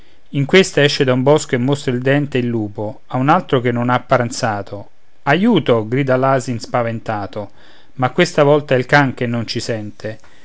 in questa esce da un bosco e mostra il dente il lupo un altro che non ha pranzato aiuto grida l'asin spaventato ma questa volta è il can che non ci sente